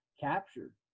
captured